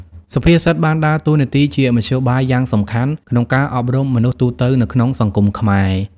សុភាសិតបានដើរតួនាទីជាមធ្យោបាយយ៉ាងសំខាន់ក្នុងការអប់រំមនុស្សទូទៅនៅក្នុងសង្គមខ្មែរ។